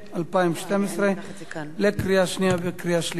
התשע"ב 2012, לקריאה שנייה וקריאה שלישית.